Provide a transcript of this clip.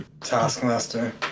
taskmaster